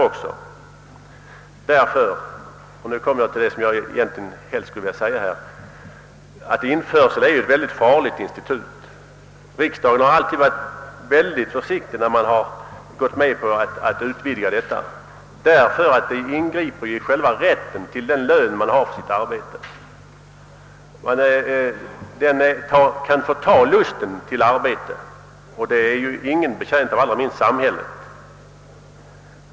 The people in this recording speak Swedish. Det är ju på det sättet — nu kommer jag till det jag helst skulle vilja säga — att införsel är ett mycket farligt institut. Riksdagen har alltid varit mycket försiktig när den har gått med på att utvidga detta institut, därför att det ingriper i själva rätten till den lön man har för sitt arbete. Detta kan förta lusten till arbete och det är ingen betjänt av, allra minst samhället.